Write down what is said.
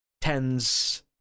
tens